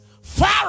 far